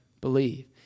believe